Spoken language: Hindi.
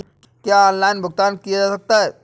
क्या ऑनलाइन भुगतान किया जा सकता है?